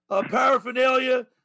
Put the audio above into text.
paraphernalia